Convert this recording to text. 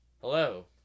Hello